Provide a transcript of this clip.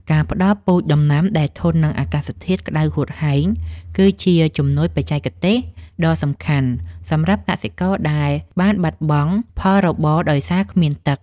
ការផ្តល់ពូជដំណាំដែលធន់នឹងអាកាសធាតុក្តៅហួតហែងគឺជាជំនួយបច្ចេកទេសដ៏សំខាន់សម្រាប់កសិករដែលបានបាត់បង់ផលរបរដោយសារគ្មានទឹក។